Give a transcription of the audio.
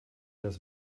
das